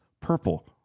Purple